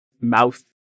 mouth